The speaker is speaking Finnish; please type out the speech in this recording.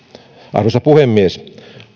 arvoisa puhemies